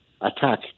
attack